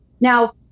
Now